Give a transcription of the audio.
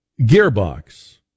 gearbox